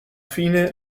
fine